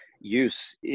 use